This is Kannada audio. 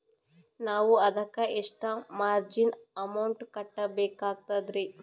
ನಾವು ಅದಕ್ಕ ಎಷ್ಟ ಮಾರ್ಜಿನ ಅಮೌಂಟ್ ಕಟ್ಟಬಕಾಗ್ತದ್ರಿ?